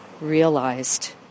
realized